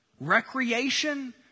Recreation